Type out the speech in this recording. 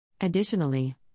Additionally